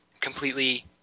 completely